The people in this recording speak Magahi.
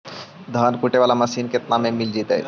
धान कुटे बाला मशीन केतना में मिल जइतै?